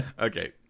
Okay